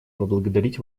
поблагодарить